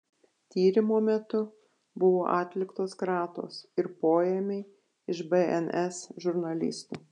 tyrimo metu buvo atliktos kratos ir poėmiai iš bns žurnalistų